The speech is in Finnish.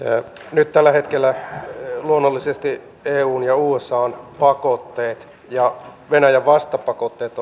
nyt tällä hetkellä luonnollisesti eun ja usan pakotteet ja venäjän vastapakotteet